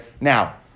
Now